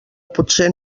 potser